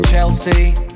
Chelsea